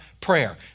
prayer